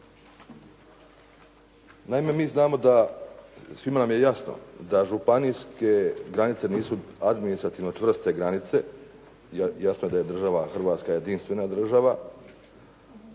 Naime, mi znamo da svima nam je jasno da županijske granice nisu administrativno čvrste granice. Jasno da je država Hrvatska jedinstvena država,